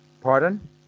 Pardon